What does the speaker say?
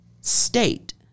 state